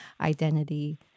identity